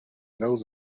those